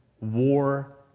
war